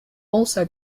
also